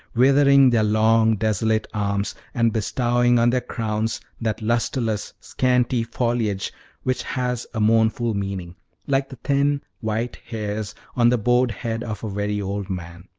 withering their long, desolate arms, and bestowing on their crowns that lusterless, scanty foliage which has a mournful meaning, like the thin white hairs on the bowed head of a very old man.